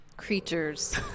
creatures